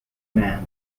man